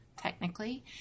technically